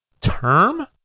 term